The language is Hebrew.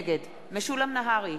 נגד משולם נהרי,